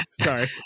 Sorry